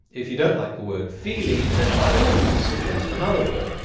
if you don't like the word feelie, then by all means suggest another word,